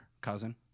Cousin